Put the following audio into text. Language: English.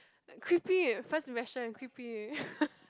creepy first impression creepy